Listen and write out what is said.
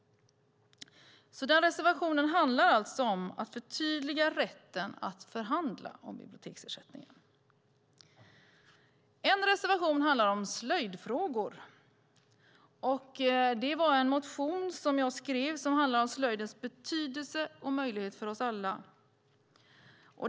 Den reservationen handlar alltså om att förtydliga rätten att förhandla om biblioteksersättningen. En reservation handlar om slöjdfrågor. Jag skrev en motion om slöjdens betydelse och möjligheter för oss alla.